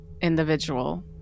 individual